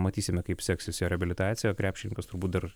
matysime kaip seksis jo reabilitacija krepšininkas turbūt dar